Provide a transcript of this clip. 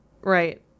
Right